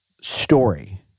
story